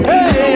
Hey